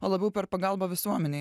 o labiau per pagalbą visuomenei